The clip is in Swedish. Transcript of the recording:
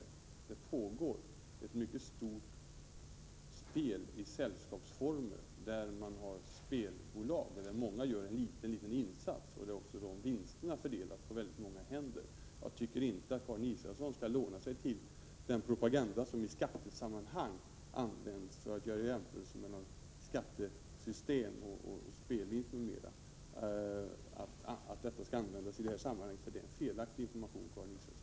Det pågår mycket spel i sällskapsformer där man har spelbolag och där många gör en liten insats och vinsterna fördelas på väldigt många händer. Jag tycker inte att Karin Israelsson skall låna sig till den propaganda som i skattesammanhang används för att göra jämförelser med något skattesystem, spelvinster, m.m. Det är en felaktig information, Karin Israelsson.